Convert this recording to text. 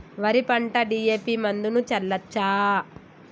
వరి పంట డి.ఎ.పి మందును చల్లచ్చా?